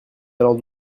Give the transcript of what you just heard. allant